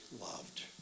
loved